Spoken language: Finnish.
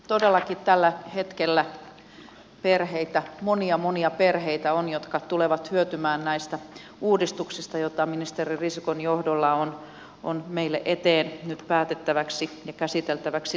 todellakin tällä hetkellä on perheitä monia monia perheitä jotka tulevat hyötymään näistä uudistuksista joita ministeri risikon johdolla on meille eteen nyt päätettäväksi ja käsiteltäväksi tuotu